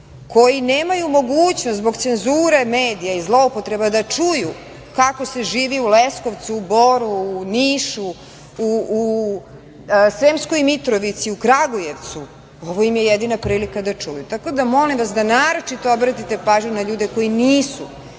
koji nemaju mogućnost, zbog cenzure medija i zloupotreba, da čuju kako se živi u Leskovcu, u Boru, u Nišu, u Sremskoj Mitrovici, u Kragujevcu, ovo im je jedina prilika da čuju. Tako da, molim vas da naročito obratite pažnju na ljude koji nisu